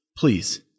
Please